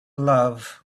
love